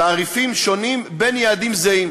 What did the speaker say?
תעריפים שונים בין יעדים זהים,